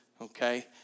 Okay